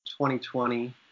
2020